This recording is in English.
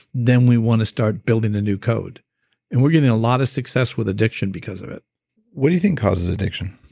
then we want to start building a new code and we're getting a lot of success with addiction because of it what do you think causes addiction?